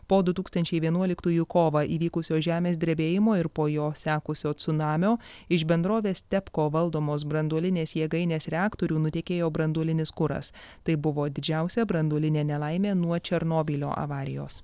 po du tūkstančiai vienuoliktųjų kovą įvykusio žemės drebėjimo ir po jo sekusio cunamio iš bendrovės tepko valdomos branduolinės jėgainės reaktorių nutekėjo branduolinis kuras tai buvo didžiausia branduolinė nelaimė nuo černobylio avarijos